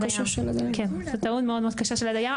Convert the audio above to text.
א.ל: כן, זו טעות מאוד קשה של הדיין.